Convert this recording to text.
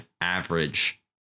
average